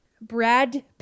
Brad